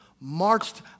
marched